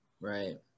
right